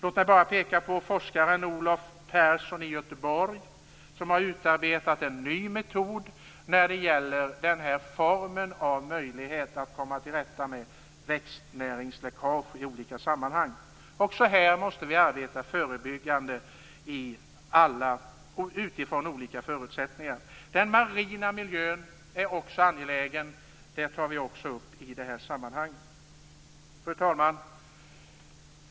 Låt mig bara peka på forskaren Olof Persson i Göteborg, som har utarbetat en ny metod när det gäller denna möjlighet att komma till rätta med växtnäringsläckage i olika sammanhang. Också här måste vi arbeta förebyggande utifrån olika förutsättningar. Den marina miljön är också angelägen. Den tar vi också upp i detta sammanhang. Fru talman!